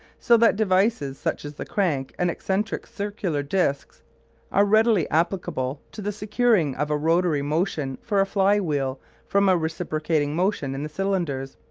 so that devices such as the crank and eccentric circular discs are readily applicable to the securing of a rotatory motion for a fly-wheel from a reciprocating motion in the cylinders.